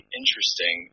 interesting